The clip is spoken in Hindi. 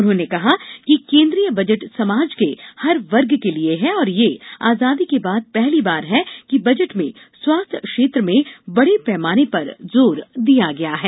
उन्होंने कहा कि केंद्रीय बजट समाज के हर वर्ग के लिए है और यह आजादी के बाद पहली बार है कि बजट में स्वास्थ्य क्षेत्र में बड़े पैमाने पर जोर दिया गया है